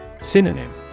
Synonym